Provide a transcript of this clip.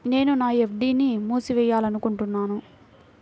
నేను నా ఎఫ్.డీ ని మూసివేయాలనుకుంటున్నాను